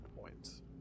points